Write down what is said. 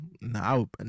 no